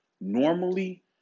normally